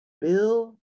bill